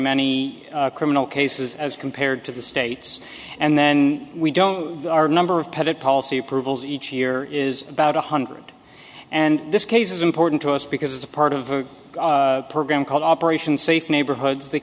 many criminal cases as compared to the states and then we don't number of pettitte policy approvals each year is about one hundred and this case is important to us because it's part of a program called operation safe neighborhoods th